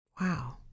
Wow